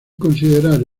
considerar